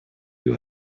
you